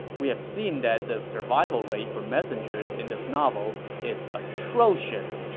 we have seen that the survival rate for messengers in this novel is atrocious,